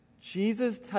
Jesus